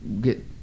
get